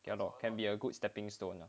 ya lor can be a good stepping stone lah